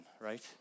right